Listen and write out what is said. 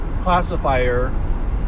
classifier